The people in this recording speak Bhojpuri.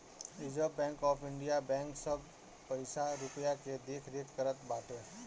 reserve bank of India bank सब पईसा रूपया के देखरेख करत बाटे